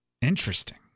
Interesting